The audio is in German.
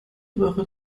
röhre